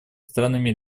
странами